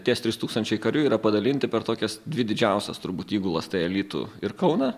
ties trys tūkstančiai karių yra padalinti per tokias dvi didžiausias turbūt įgulas tai alytų ir kauną